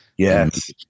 Yes